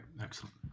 excellent